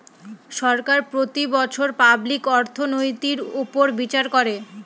সরকার প্রতি বছর পাবলিক অর্থনৈতির উপর বিচার করে